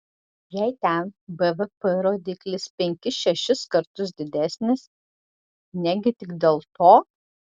jei ten bvp rodiklis penkis šešis kartus didesnis negi tik dėl to